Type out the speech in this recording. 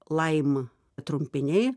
laima trumpiniai